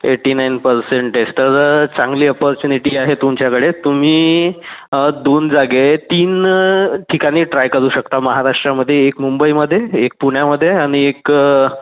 eighty nine percentage तर चांगली opportunity आहे तुमच्याकडे तुम्ही दोन जागे आहेत तीन ठिकाणी ट्राय करू शकता महाराष्ट्रामध्ये एक मुंबईमध्ये एक पुण्यामध्ये आणि एक